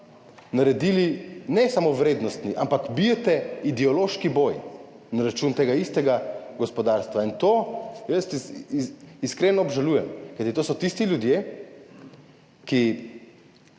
naredili ne samo vrednostni, ampak bijete ideološki boj na račun tega istega gospodarstva, in to jaz iskreno obžalujem, kajti to so tisti ljudje, ki